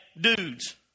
dudes